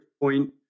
point